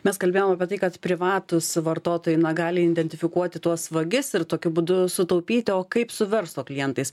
mes kalbėjom apie tai kad privatūs vartotojai na gali indentifikuoti tuos vagis ir tokiu būdu sutaupyti o kaip su verslo klientais